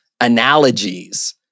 analogies